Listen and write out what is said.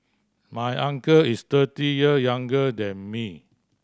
my uncle is thirty year younger than me